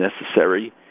necessary